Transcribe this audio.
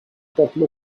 bottle